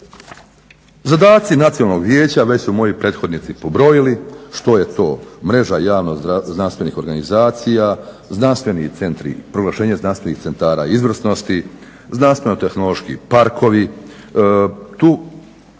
Zadaci Nacionalnog vijeća već su moji prethodnici pobrojili što je to Mreža javno-znanstvenih organizacija, proglašenje znanstvenih centara izvrsnosti, znanstveno-tehnološki parkovi.